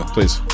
Please